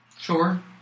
Sure